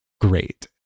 great